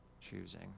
choosing